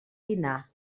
dinar